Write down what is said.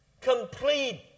Complete